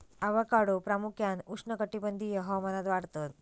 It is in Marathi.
ॲवोकाडो प्रामुख्यान उष्णकटिबंधीय हवामानात वाढतत